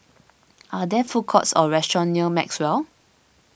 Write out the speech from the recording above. are there food courts or restaurants near Maxwell